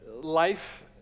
life